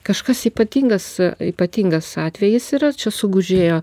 kažkas ypatingas ypatingas atvejis yra čia sugužėjo